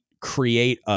create